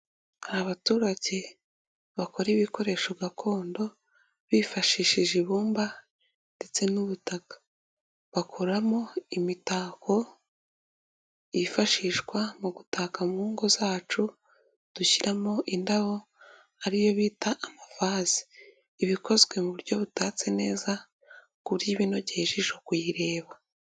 Hari abaturage bakora ibikoresho gakondo bifashishije ibumba ndetse n'ubutaka, bakoramo imitako yifashishwa mu gutaka mu ngo zacu dushyiramo indabo ari yo bita amavaze, iba ikozwe mu buryo butatse neza ku buryo iba inogeye ijisho kuyireba.